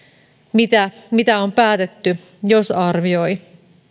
mitä mitä on päätetty jos arvioi